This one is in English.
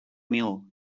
mill